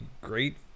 great